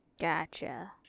Gotcha